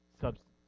substance